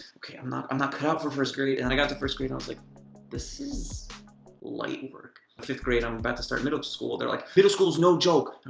okay, i'm not i'm not cut out for first grade and i got to first grade. i was like this lightwork lightwork fifth-grade. i'm about to start middle school. they're like middle school is no joke.